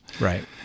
Right